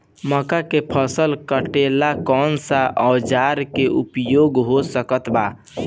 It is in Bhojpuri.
मक्का के फसल कटेला कौन सा औजार के उपयोग हो सकत बा?